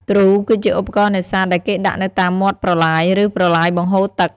ទ្រូ គឺជាឧបករណ៍នេសាទដែលគេដាក់នៅតាមមាត់ប្រឡាយ ឬប្រឡាយបង្ហូរទឹក។